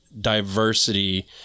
diversity